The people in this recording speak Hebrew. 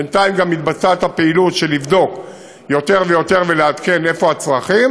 בינתיים גם מתבצעת הפעילות של בדיקה ועדכון איפה הצרכים,